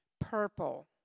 Purple